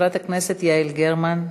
חברת הכנסת יעל גרמן.